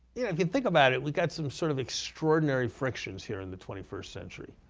yeah if you think about it, we've got some sort of extraordinary frictions here in the twenty first century.